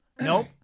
Nope